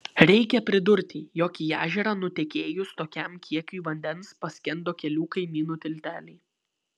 reikia pridurti jog į ežerą nutekėjus tokiam kiekiui vandens paskendo kelių kaimynų tilteliai